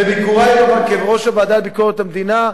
בביקורי כראש הוועדה לביקורת המדינה,